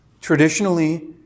Traditionally